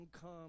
come